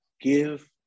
give